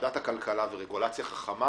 ועדת הכלכלה ורגולציה חכמה